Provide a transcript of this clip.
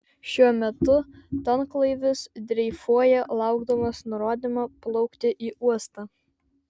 šiuo metu tanklaivis dreifuoja laukdamas nurodymo plaukti į uostą